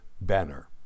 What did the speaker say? Banner